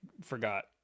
forgot